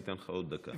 ניתן לך עוד דקה.